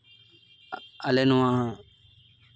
ᱟᱞᱮ ᱱᱚᱣᱟ